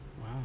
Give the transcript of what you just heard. wow